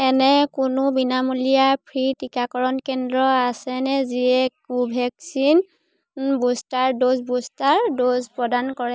এনে কোনো বিনামূলীয়া ফ্ৰী টীকাকৰণ কেন্দ্ৰ আছেনে যিয়ে কোভেক্সিন বুষ্টাৰ ড'জ প্ৰদান কৰে